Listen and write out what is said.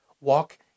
walk